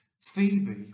Phoebe